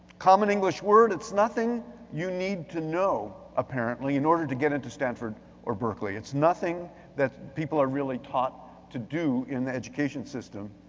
common english word, it's nothing you need to know, apparently, in order to get into stanford or berekeley, it's nothing that people are really taught to do in the education system.